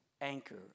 anchor